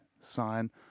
sign